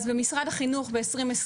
אז במשרד החינוך ב-2020,